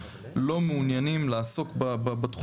לא מעוניינים לעסוק בתחום הזה.